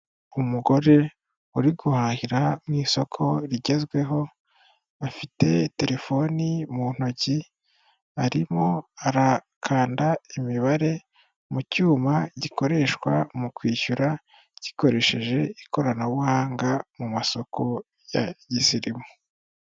Umugore uri guhahira mu isoko rigezweho, afite telefoni mu ntoki arimo arakanda imibare mu cyuma gikoreshwa mu kwishyura gikoresheje ikoranabuhanga mu masoko ya gisirimu.